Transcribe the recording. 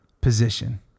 position